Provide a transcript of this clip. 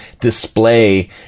display